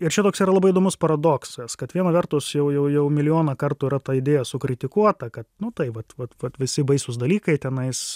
ir čia toks yra labai įdomus paradoksas kad viena vertus jau jau jau milijoną kartų yra ta idėja sukritikuota kad nu tai vat vat vat visi baisūs dalykai tenais